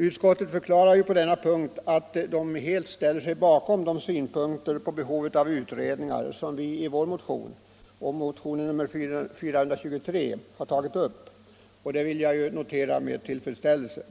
Utskottet förklarar på denna punkt att det helt ställer sig bakom de synpunkter på behovet av utredningar som vår motion och motionen 423 har tagit upp. Detta vill jag notera med tillfredsställelse.